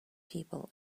people